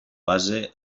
base